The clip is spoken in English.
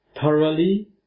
thoroughly